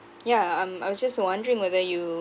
yeah um I was just wondering whether you